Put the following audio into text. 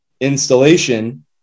installation